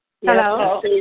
Hello